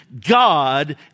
God